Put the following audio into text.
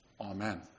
Amen